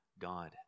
God